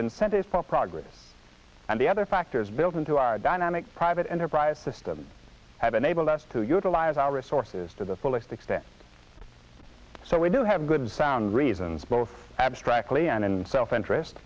incentives for progress and the other factors built into our dynamic private enterprise system have enabled us to utilize our resources to the fullest extent so we do have good sound reasons both abstractly and self interest